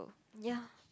ya